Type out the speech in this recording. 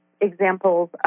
examples